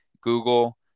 Google